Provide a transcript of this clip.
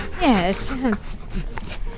Yes